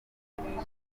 none